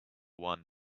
one